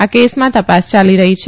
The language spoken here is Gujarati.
આ કેસમાં તપાસ ચાલી રહી છે